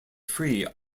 free